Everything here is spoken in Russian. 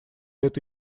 это